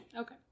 Okay